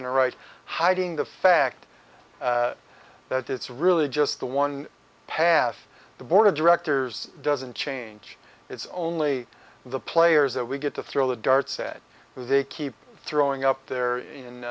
and right hiding the fact that it's really just the one path the board of directors doesn't change it's only the players that we get to throw the dart said who they keep throwing up there in